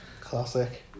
Classic